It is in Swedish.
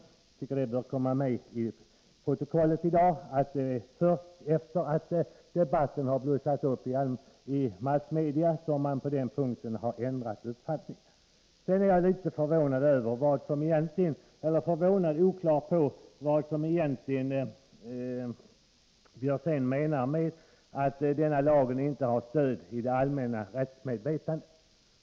Jag anser att det bör komma med i protokollet i dag och att det är först efter det att debatten har blossat upp igen i massmedierna som moderaterna har ändrat uppfattning. Jag känner mig litet osäker på vad Björzén egentligen menar med att denna lag inte har stöd i det allmänna rättsmedvetandet.